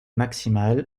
maximale